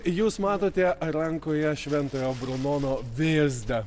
jūs matote rankoje šventojo brunono vėzdą